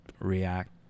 react